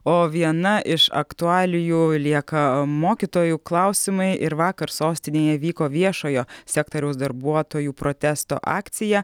o viena iš aktualijų lieka mokytojų klausimai ir vakar sostinėje vyko viešojo sektoriaus darbuotojų protesto akcija